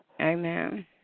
Amen